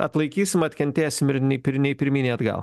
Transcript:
atlaikysim atkentėsim ir pir nei pirmyn nei atgal